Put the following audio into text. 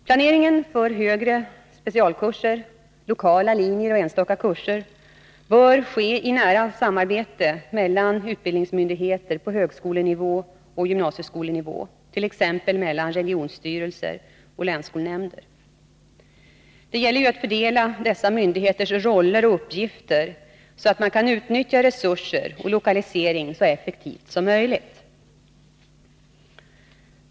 Planeringen för högre specialkurser, lokala linjer och enstaka kurser bör ske i nära samarbete mellan utbildningsmyndigheter på högskolenivå och gymnasieskolenivå, t.ex. mellan regionstyrelser och länsskolnämnder. Det gäller ju att fördela dessa myndigheters roller och uppgifter så att man kan utnyttja resurser och lokalisering så effektivt som möjligt.